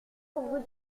vous